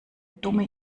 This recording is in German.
dumme